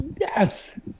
Yes